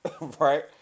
Right